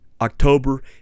October